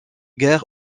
guère